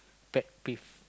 pet peeve